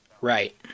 right